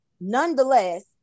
nonetheless